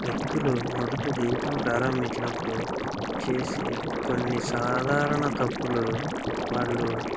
వ్యక్తులు మొదట గీయడం ప్రారంభించినపుడు చేసే కొన్ని సాధారణ తప్పులు వాళ్ళు